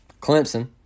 Clemson